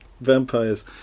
vampires